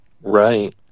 Right